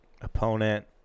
opponent